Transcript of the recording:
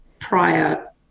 prior